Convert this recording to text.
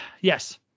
yes